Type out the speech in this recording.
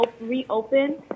reopen